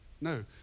no